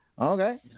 Okay